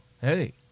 hey